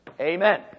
Amen